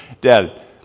Dad